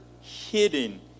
hidden